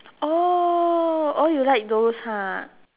oh oh you like those ha